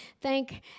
thank